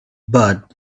but